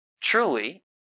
truly